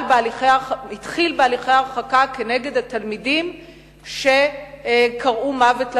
והתחיל בהליכי הרחקה כנגד התלמידים שקראו "מוות למורה".